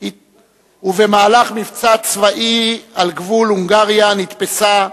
ובמהלך מבצע צבאי על גבול הונגריה נתפסה,